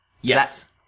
Yes